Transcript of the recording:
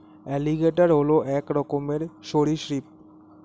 alligator হল এক রকমের সরীসৃপ